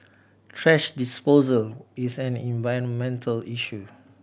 thrash disposal is an environmental issue